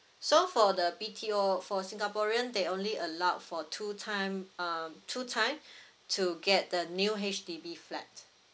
so for the B_T_O for singaporean they only allowed for two time um two time to get the new H_D_B flat